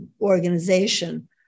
organization